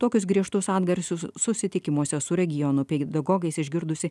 tokius griežtus atgarsius susitikimuose su regionų pedagogais išgirdusi